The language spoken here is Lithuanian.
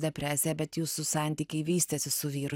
depresija bet jūsų santykiai vystėsi su vyru